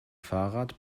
fahrrad